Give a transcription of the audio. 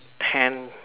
ten